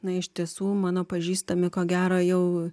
na iš tiesų mano pažįstami ko gero jau